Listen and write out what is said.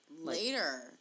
Later